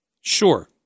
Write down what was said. Sure